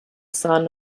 son